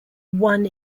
one